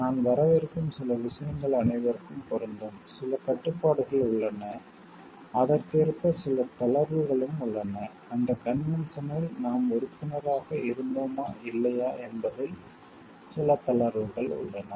நான் வரவிருக்கும் சில விஷயங்கள் அனைவருக்கும் பொருந்தும் சில கட்டுப்பாடுகள் உள்ளன அதற்கேற்ப சில தளர்வுகளும் உள்ளன அந்த கன்வென்ஷனில் நாம் உறுப்பினராக இருந்தோமா இல்லையா என்பதில் சில தளர்வுகள் உள்ளன